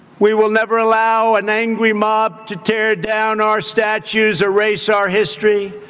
we will never allow an angry mob to tear down our statues, erase our history,